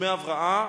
דמי הבראה: